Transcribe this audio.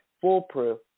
foolproof